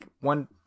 one